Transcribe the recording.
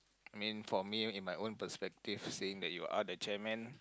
I mean for me in my own perspective saying that you are the chairman